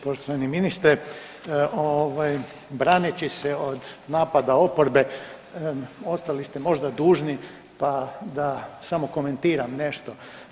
Poštovani ministre, ovaj braneći se od napada oporbe ostali ste možda dužni, pa da samo komentiram nešto.